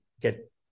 get